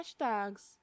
hashtags